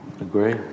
Agree